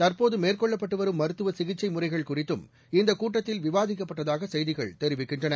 தற்போது மேற்கொள்ளப்பட்டு வரும் மருத்துவ சிகிச்சை முறைகள் குறித்தும் இந்தக் கூட்டத்தில் விவாதிக்கப்பட்டதாக செய்திகள் தெரிவிக்கின்றன